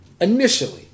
initially